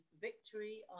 Victory